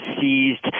seized